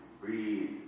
Breathe